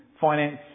finance